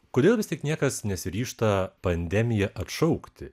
kodėl vis tik niekas nesiryžta pandemiją atšaukti